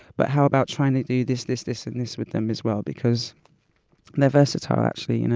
but how about trying to do this, this, this and this with them as well, because they're versatile, actually, you know?